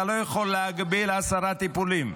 אתה לא יכול להגביל לעשרה טיפולים.